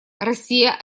россия